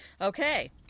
Okay